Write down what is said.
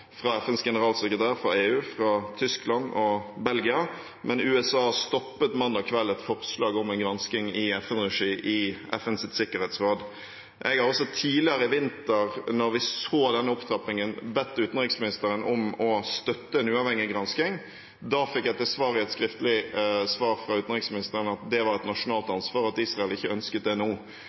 fra FNs generalsekretær, fra EU, fra Tyskland og fra Belgia, men USA stoppet mandag kveld et forslag om en gransking i FN-regi i FNs sikkerhetsråd. Jeg har også tidligere i vinter, da vi så denne opptrappingen, bedt utenriksministeren om å støtte en uavhengig gransking. Da fikk jeg til svar – i et skriftlig svar fra utenriksministeren – at det var et nasjonalt ansvar, og at Israel ikke ønsket